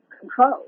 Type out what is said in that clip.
control